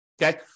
Okay